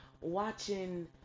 watching